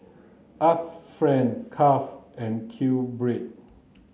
Art Friend Kraft and QBread